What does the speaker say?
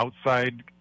outside